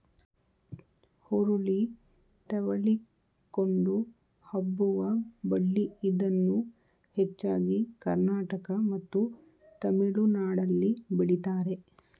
ಹುರುಳಿ ತೆವಳಿಕೊಂಡು ಹಬ್ಬುವ ಬಳ್ಳಿ ಇದನ್ನು ಹೆಚ್ಚಾಗಿ ಕರ್ನಾಟಕ ಮತ್ತು ತಮಿಳುನಾಡಲ್ಲಿ ಬೆಳಿತಾರೆ